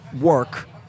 work